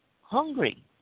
hungry